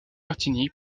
martini